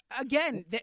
Again